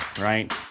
right